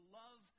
love